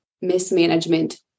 mismanagement